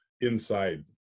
inside